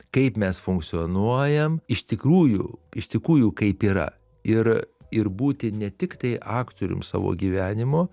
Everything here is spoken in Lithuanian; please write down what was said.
kaip mes funkcionuojam iš tikrųjų iš tikrųjų kaip yra ir ir būti ne tiktai aktorium savo gyvenimo